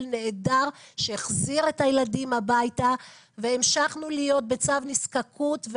נהדר שהחזיר את הילדים הביתה והמשכנו להיות בצו נזקקות,